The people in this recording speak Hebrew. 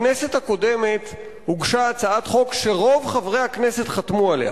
בכנסת הקודמת הוגשה הצעת חוק שרוב חברי הכנסת חתמו עליה,